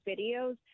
videos